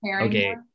okay